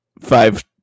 five